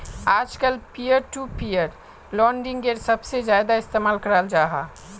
आजकल peer to peer लेंडिंगेर सबसे ज्यादा इस्तेमाल कराल जाहा